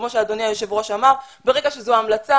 כמו שאדוני היושב ראש אמר ברגע שזו המלצה,